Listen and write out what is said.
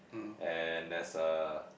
and there's a